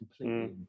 completely